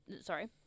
Sorry